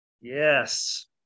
Yes